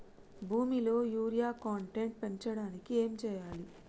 భూమిలో urea content పెంచడానికి ఏం చేయాలి?